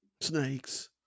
Snakes